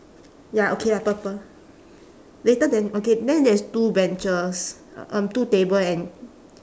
ya okay lah purple later then okay then there's two benches um two table and